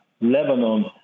Lebanon